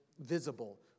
visible